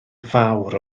fawr